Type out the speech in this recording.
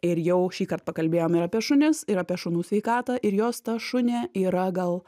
ir jau šįkart pakalbėjom ir apie šunis ir apie šunų sveikatą ir jos ta šunė yra gal